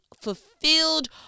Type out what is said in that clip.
fulfilled